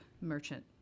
merchant